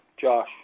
Josh